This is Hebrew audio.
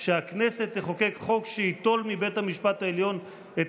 שהכנסת תחוקק חוק שייטול מבית המשפט העליון את